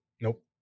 Nope